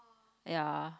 ya